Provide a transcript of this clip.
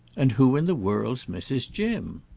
and who in the world's mrs. jim?